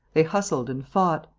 they hustled and fought.